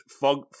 Fog